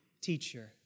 teacher